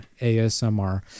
asmr